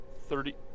Thirty